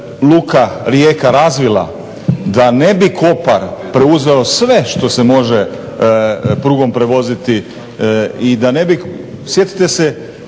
luka Rijeka razvila, da ne bi Kopar preuzeo sve što se može prugom prevoziti i da ne bi, sjetite se